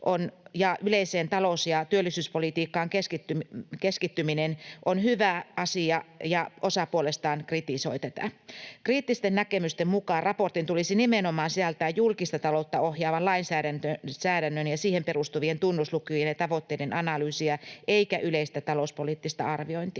ja yleiseen talous‑ ja työllisyyspolitiikkaan keskittyminen on hyvä asia, ja osa puolestaan kritisoi tätä. Kriittisten näkemysten mukaan raportin tulisi nimenomaan sisältää julkista taloutta ohjaavan lainsäädännön ja siihen perustuvien tunnuslukujen ja tavoitteiden analyysiä eikä yleistä talouspoliittista arviointia.